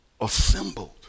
assembled